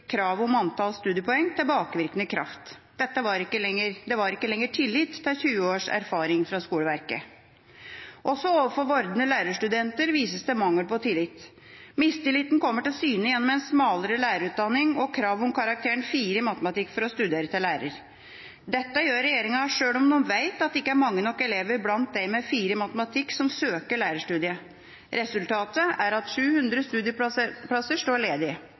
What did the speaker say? kravet om antall studiepoeng tilbakevirkende kraft. Det var ikke lenger tillit til 20 års erfaring fra skoleverket. Også overfor vordende lærerstudenter vises det mangel på tillit. Mistilliten kommer til syne gjennom en smalere lærerutdanning og kravet om karakteren 4 i matematikk for å studere til lærer. Dette gjør regjeringa, sjøl om de vet at det ikke er mange nok elever blant dem med 4 i matematikk som søker lærerstudiet. Resultatet er at 700 studieplasser står ledig.